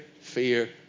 fear